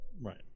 Right